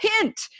Hint